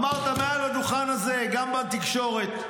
אמרת מעל הדוכן הזה, גם בתקשורת: